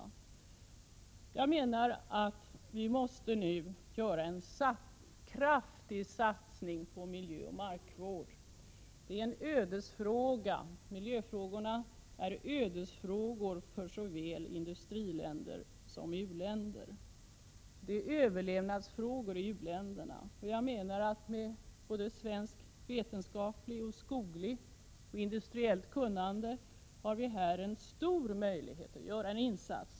För det första menar jag att vi nu måste göra en kraftig satsning på miljöoch markvård. Miljöfrågorna är ödesfrågor för såväl industriländer som u-länder. Detta är överlevnadsfrågor i u-länderna. Med svenskt vetenskapligt, industriellt och skogligt kunnande har vi en stor möjlighet att göra en insats.